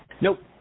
Nope